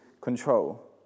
control